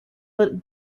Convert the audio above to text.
but